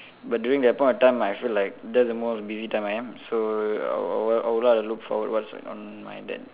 but during that point of time I feel like that's the most busy time I am so I will I will I will like to look forward what's on my then